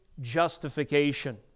justification